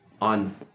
on